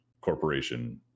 corporation